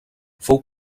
fou